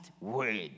word